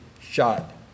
shot